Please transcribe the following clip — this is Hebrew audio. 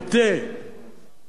רב-המלל,